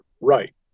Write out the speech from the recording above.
right